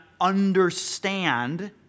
understand